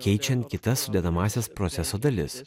keičiant kitas sudedamąsias proceso dalis